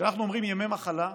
כשאנחנו אומרים ימי מחלה,